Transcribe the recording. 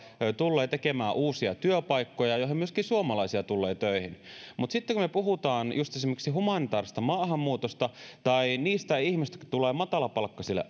tulevat tekemään uusia työpaikkoja joihin myöskin suomalaisia tulee töihin mutta sitten kun me puhumme just esimerkiksi humanitaarisesta maahanmuutosta tai niistä ihmisistä jotka tulevat matalapalkkaisille